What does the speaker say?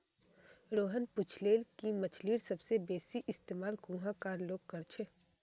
रोहन पूछले कि मछ्लीर सबसे बेसि इस्तमाल कुहाँ कार लोग कर छे